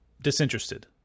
Disinterested